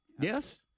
Yes